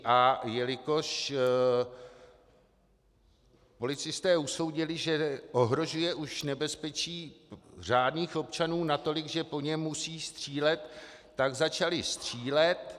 A jelikož policisté usoudili, že ohrožuje už nebezpečí řádných občanů natolik, že po něm musí střílet, tak začali střílet.